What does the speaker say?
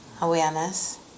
awareness